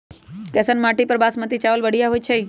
कैसन माटी पर बासमती चावल बढ़िया होई छई?